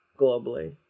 globally